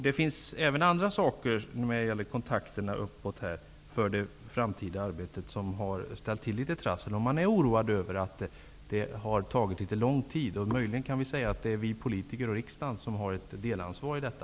Det finns även annat i kontakterna uppåt för det framtida arbetet som har ställt till litet trassel, och man är oroad över att arbetet har tagit litet lång tid i anspråk. Måhända har också vi politiker i riksdagen ett delansvar för detta.